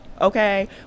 okay